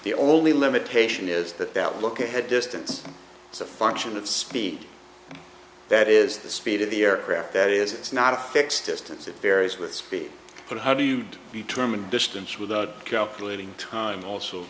the only limitation is that that look ahead distance is a function of speed that is the speed of the aircraft that is it's not a fixed distance it varies with speed but how do you determine distance without calculating time also